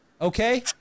Okay